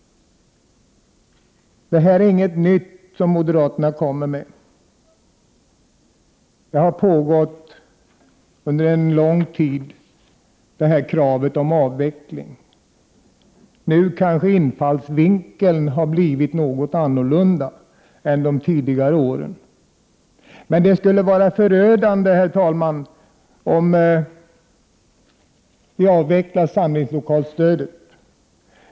Det här är inget nytt som moderaterna kommer med. Kravet på avveckling har funnits under en lång tid. Nu har kanske infallsvinkeln blivit något annorlunda än under tidigare år. Men det skulle vara förödande, herr talman, om vi avvecklar samlingslokalsstödet.